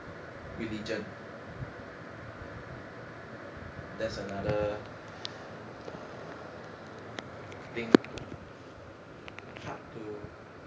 religion that's another ah thing hard to